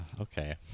Okay